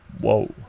Whoa